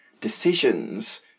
decisions